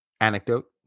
Anecdote